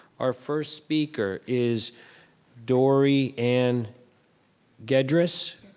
our first speaker is dory ann gedriss.